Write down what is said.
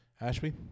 Ashby